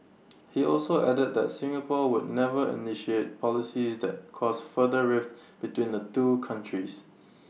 he also added that Singapore would never initiate policies that cause further rift between the two countries